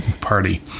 Party